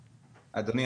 אדוני,